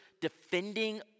defending